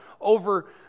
over